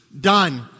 done